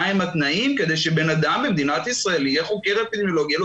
מה הם התנאים כדי שבן אדם במדינת ישראל יהיה חוקר אפידמיולוגי ותהיה לו